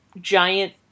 giant